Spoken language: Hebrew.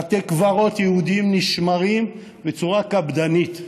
בתי קברות יהודיים נשמרים בצורה קפדנית.